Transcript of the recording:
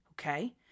Okay